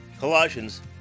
Colossians